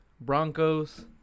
Broncos